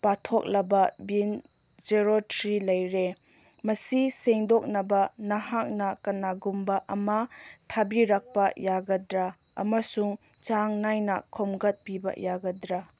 ꯄꯥꯊꯣꯛꯂꯕ ꯕꯤꯟ zero three ꯂꯩꯔꯦ ꯃꯁꯤ ꯁꯦꯡꯗꯣꯛꯅꯕ ꯅꯍꯥꯛꯅ ꯀꯅꯥꯒꯨꯝꯕ ꯑꯃ ꯊꯥꯥꯕꯤꯔꯛꯄ ꯌꯥꯒꯗ꯭ꯔꯥ ꯑꯃꯁꯨꯡ ꯆꯥꯡ ꯅꯥꯏꯅ ꯈꯣꯝꯒꯠꯄꯤꯕ ꯌꯥꯒꯗ꯭ꯔꯥ